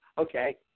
Okay